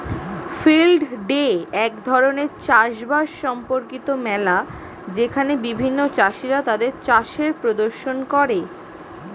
field day এক ধরণের চাষ বাস সম্পর্কিত মেলা যেখানে বিভিন্ন চাষীরা তাদের চাষের প্রদর্শন করে